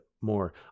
more